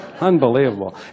unbelievable